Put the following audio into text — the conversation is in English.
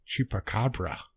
Chupacabra